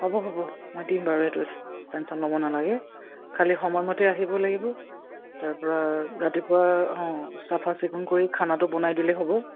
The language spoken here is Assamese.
হ'ব হ'ব মই দিম বাৰু সেইটো টেনশ্য়ন ল'ব নালাগে খালি সময়মতে আহিব লাগিব তাৰপৰা ৰাতিপুৱা অঁ চাফা চিকুণ কৰি খানাটো বনাই দিলেই হ'ব